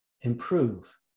improve